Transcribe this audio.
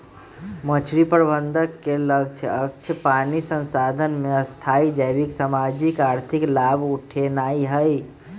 मछरी प्रबंधन के लक्ष्य अक्षय पानी संसाधन से स्थाई जैविक, सामाजिक, आर्थिक लाभ उठेनाइ हइ